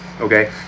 okay